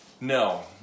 No